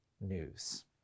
news